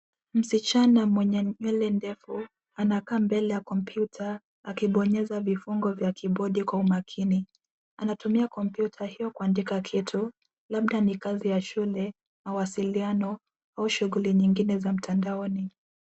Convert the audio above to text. Msichana mwenye nywele ndefu, anakaa mbele ya kompyuta, akibonyeza vifungo vya kibodi kwa umakini. Anatumia kompyuta hiyo kuandika kitu, labda ni kazi ya shule, mawasiliano, au shughuli nyingine za mtandaoni.